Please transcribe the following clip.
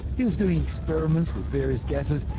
he was doing experiments with various gases,